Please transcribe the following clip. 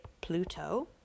Pluto